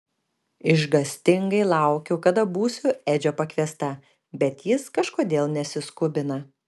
išgąstingai laukiu kada būsiu edžio pakviesta bet jis kažkodėl nesiskubina